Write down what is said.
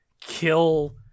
kill